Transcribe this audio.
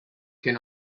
can